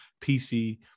PC